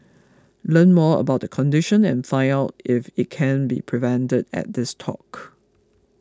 learn more about the condition and find out if it can be prevented at this talk